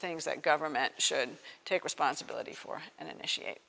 things that government should take responsibility for and initiate